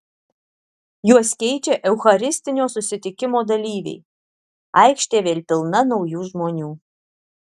juos keičia eucharistinio susitikimo dalyviai aikštė vėl pilna naujų žmonių